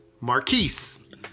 Marquise